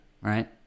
right